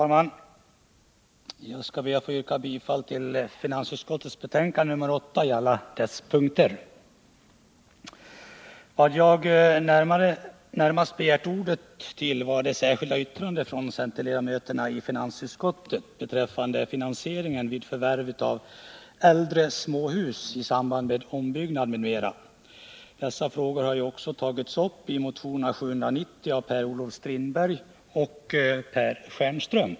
Herr talman! Jag ber att få yrka bifall till finansutskottets hemställan i dess betänkande nr 8 på alla punkter. Vad jag närmast begärde ordet för var för att tala om det särskilda yttrandet från centerledamöterna i finansutskottet beträffande finansieringen vid förvärv av äldre småhus i samband med ombyggnad m.m. Dessa frågor har också tagits upp i motionerna 790 av Per-Olof Strindberg och Per Stjernström.